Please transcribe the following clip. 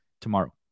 tomorrow